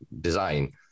design